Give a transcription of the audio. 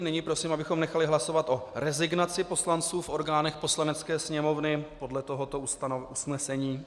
Nyní prosím, abychom nechali hlasovat o rezignaci poslanců v orgánech Poslanecké sněmovny podle tohoto usnesení.